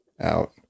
out